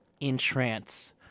Entrance